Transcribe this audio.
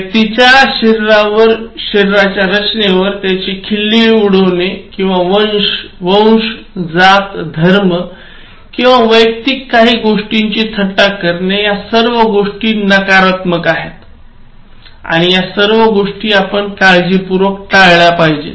व्यक्तीच्या शरीरावर शरीराच्या रचनेवर त्याची खिल्ली उडवणे किंवा वंश जात धर्म किंवा वैयक्तिक काही गोष्टींची थट्टा करणे या सर्व गोष्टी नकारात्मक आहेत आणि या सर्व गोष्टी आपण काळजीपूर्वक टाळल्या पाहिजेत